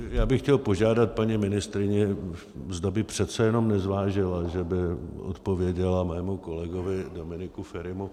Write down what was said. Já bych chtěl požádat paní ministryni, zda by přece jenom nezvážila, že by odpověděla mému kolegovi Dominiku Ferimu.